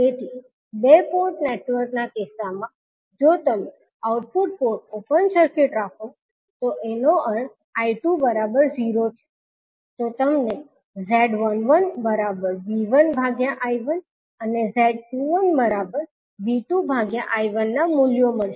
તેથી 2 પોર્ટ નેટવર્કના કિસ્સામાં જો તમે આઉટપુટ પોર્ટ ઓપન સર્કિટ રાખો તો એનો અર્થ 𝐈2 0 છે તો તમને Z11V1I1અને Z21V2I1મૂલ્યો મળશે